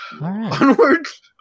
onwards